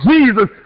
Jesus